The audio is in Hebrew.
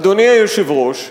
אדוני היושב-ראש,